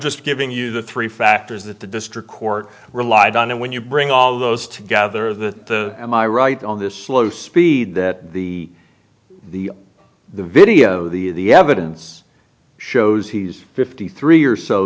just giving you the three factors that the district court relied on and when you bring all those together the am i right on this slow speed that the the the video the evidence shows he's fifty three